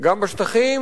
גם בשטחים,